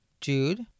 Jude